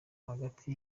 hagati